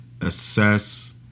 assess